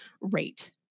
rate